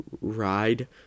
ride